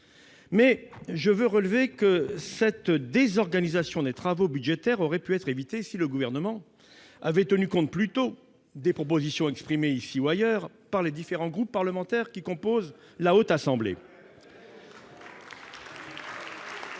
Mais je veux relever que cette désorganisation des travaux budgétaires aurait pu être évitée si le Gouvernement avait tenu compte plus tôt des propositions exprimées, ici ou ailleurs, par les différents groupes parlementaires qui composent la Haute Assemblée. À nos